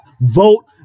vote